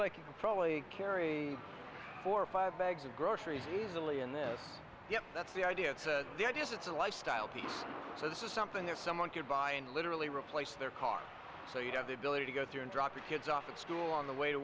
like you can probably carry four or five bags of groceries easily in this yes that's the idea the idea is it's a lifestyle piece so this is something that someone could buy and literally replace their car so you'd have the ability to go through and drop your kids off at school on the way to